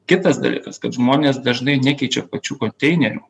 kitas dalykas kad žmonės dažnai nekeičia pačių konteinerių